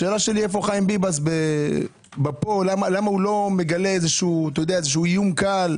השאלה שלי למה הוא לא מגלה איזה איום קל?